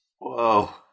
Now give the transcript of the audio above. Whoa